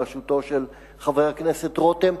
בראשותו של חבר הכנסת רותם,